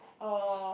uh